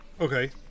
Okay